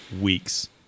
weeks